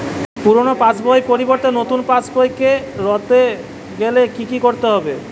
পুরানো পাশবইয়ের পরিবর্তে নতুন পাশবই ক রতে গেলে কি কি করতে হবে?